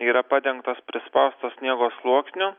yra padengtos prispausto sniego sluoksniu